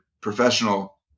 professional